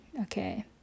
okay